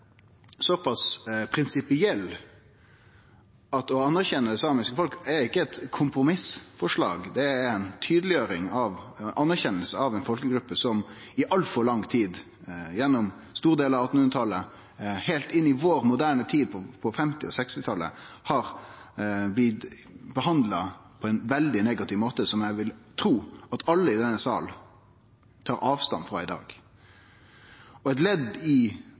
såpass prinsipielle at vi seier at å anerkjenne det samiske folk er ikkje eit kompromissforslag. Det er å gjere tydeleg at vi anerkjenner ei folkegruppe som i altfor lang tid, gjennom store delar av 1800-talet og heilt inn i vår moderne tid, på 1950- og 1960-talet, har blitt behandla på ein veldig negativ måte, som eg vil tru at alle i denne salen tar avstand frå i dag. Det er eit ledd i